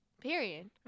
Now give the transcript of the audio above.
Period